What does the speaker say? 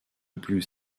plus